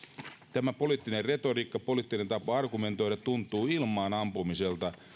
tämä poliittinen retoriikka poliittinen tapa argumentoida tuntuu ilmaan ampumiselta